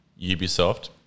Ubisoft